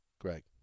Greg